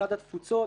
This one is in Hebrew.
משרד התפוצות,